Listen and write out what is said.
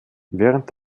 während